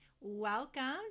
Welcome